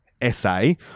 essay